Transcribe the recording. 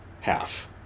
Half